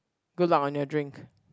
good luck on your drink